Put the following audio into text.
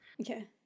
okay